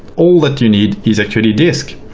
all that you need is actually disk.